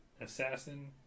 assassin